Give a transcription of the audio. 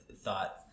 thought